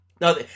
No